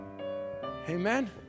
Amen